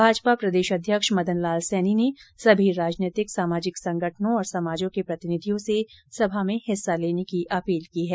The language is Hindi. भाजपा प्रदेश अध्यक्ष मदन लाल सैनी ने सभी राजनैतिक सामाजिक संगठनों और समाजों के प्रतिनिधियों से समा में हिस्सा लेने की अपील की है